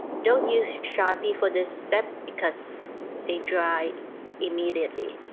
don't use sharpie for this step because they dry immediately